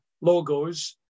logos